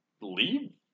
leave